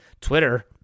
Twitter